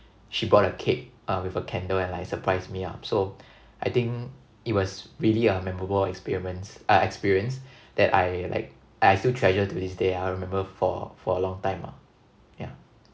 she bought a cake uh with a candle and like surprised me ah so I think it was really a memorable experience uh experience that I like I still treasure to this day I'll remember for for a long time ah yeah